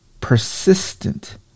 persistent